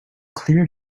clear